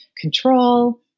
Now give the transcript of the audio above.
control